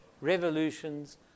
revolutions